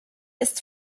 ist